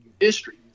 history